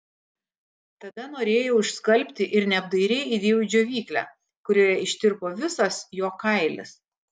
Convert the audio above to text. tada norėjau išskalbti ir neapdairiai įdėjau į džiovyklę kurioje ištirpo visas jo kailis